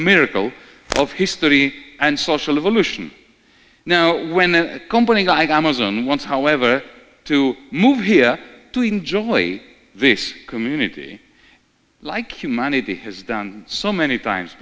miracle of history and social evolution now when a company like amazon wants however to move here to enjoy this community like humanity has done so many times